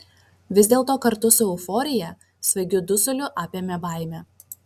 vis dėlto kartu su euforija svaigiu dusuliu apėmė baimė